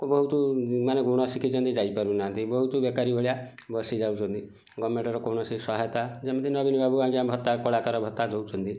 ଓ ବହୁତ ମାନେ ଗୁଣ ଶିଖିଛନ୍ତି ଯାଇ ପାରୁନାହାଁନ୍ତି ବହୁତ ବେକାରୀ ଭଳିଆ ବସିଯାଉଛନ୍ତି ଗଭର୍ଣ୍ଣମେଣ୍ଟର କୌଣସି ସହାୟତା ଯେମିତି ନବୀନ ବାବୁ ଆଜ୍ଞା ଭତ୍ତା କଳାକାର ଭତ୍ତା ଦଉଛନ୍ତି